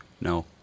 No